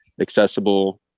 accessible